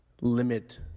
limit